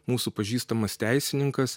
mūsų pažįstamas teisininkas